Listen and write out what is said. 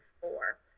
four